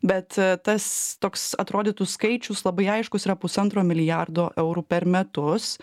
bet tas toks atrodytų skaičius labai aiškus pusantro milijardo eurų per metus